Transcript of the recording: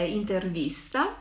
intervista